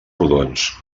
rodons